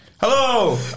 Hello